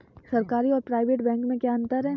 सरकारी और private bank में क्या अंतर है?